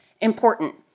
important